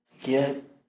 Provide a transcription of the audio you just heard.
get